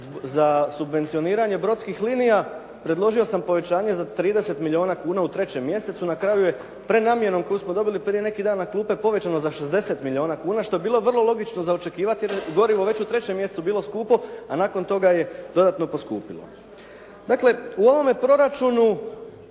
za subvencioniranje brodskih linija predložio sam povećanje za 30 milijuna kuna u trećem mjesecu. Na kraju je prenamjenom koju smo dobili prije neki dan na klupe povećano za 60 milijuna kuna što bi bilo vrlo logično za očekivati jer je gorivo već u 3. mjesecu bilo skupo, a nakon toga je dodatno poskupilo. Dakle u ovome proračunu